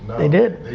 they did.